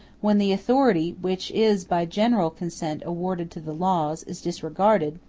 when the authority, which is by general consent awarded to the laws, is disregarded,